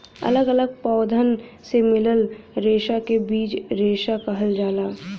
अलग अलग पौधन से मिलल रेसा के बीज रेसा कहल जाला